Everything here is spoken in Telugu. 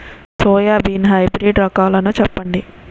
సోయాబీన్ హైబ్రిడ్ రకాలను చెప్పండి?